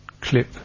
clip